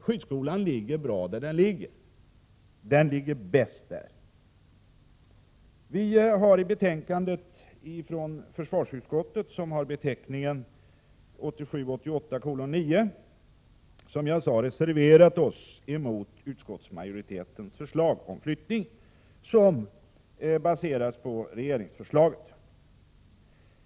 Skyddsskolan ligger bra där den ligger. Den ligger bäst där. Vi har i betänkandet från försvarsutskottet, som har beteckningen 1987/88:9, som jag sade reserverat oss mot utskottsmajoritetens förslag om flyttning, som baseras på regeringsförslaget.